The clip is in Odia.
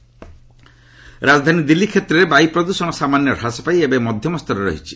ଦିଲ୍ଲୀ ପଲ୍ୟୁସନ୍ ରାଜଧାନୀ ଦିଲ୍ଲୀ କ୍ଷେତ୍ରରେ ବାୟୁ ପ୍ରଦୃଷଣ ସାମାନ୍ୟ ହ୍ରାସ ପାଇ ଏବେ ମଧ୍ୟମସ୍ତରରେ ରହିଛି